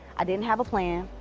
i didn't have a plan,